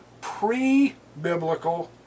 pre-biblical